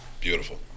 Beautiful